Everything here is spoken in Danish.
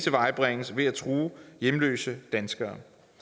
tilvejebringes ved at true hjemløse danskere.